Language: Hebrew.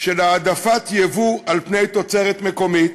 של העדפת יבוא על-פני תוצרת מקומית,